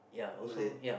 Malay